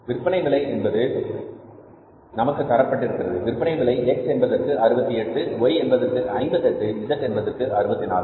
விற்பனை விலை என்பது நமக்குத் தரப்பட்டிருக்கிறது விற்பனை விலை X என்பதற்கு 68 Y என்பதற்கு 58 Z என்பதற்கு 64